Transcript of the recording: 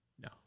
No